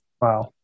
Wow